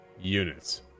units